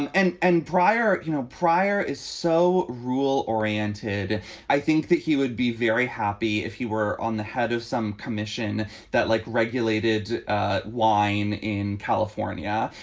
and and prior you know, prior is so rule oriented i think that he would be very happy if he were on the head of some commission that like regulated wine in california.